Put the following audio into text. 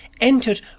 entered